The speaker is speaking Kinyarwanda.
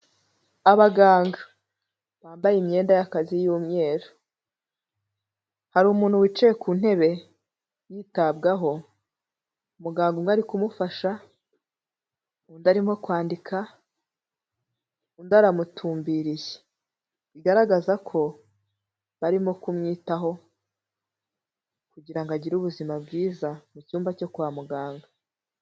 Abaganga bambaye imyenda y'akazi y'umweru, hari umuntu wicaye ku ntebe yitabwaho, muganga umwe ari kumufasha, undi arimo kwandika, undi aramutumbiriye, bigaragaza ko barimo kumwitaho kugira ngo agire ubuzima bwiza mu cyumba cyo kwa muganga.